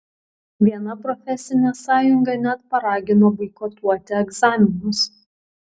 viena profesinė sąjunga net paragino boikotuoti egzaminus